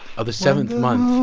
of the seventh month